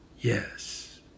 Yes